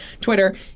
Twitter